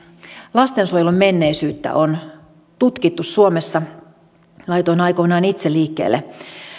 lastensuojelun menneisyyttä on tutkittu suomessa laitoin aikoinaan itse liikkeelle